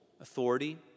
authority